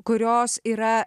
kurios yra